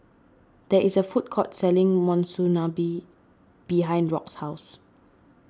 there is a food court selling Monsunabe behind Rock's house